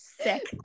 Sick